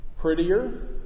prettier